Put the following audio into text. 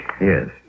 Yes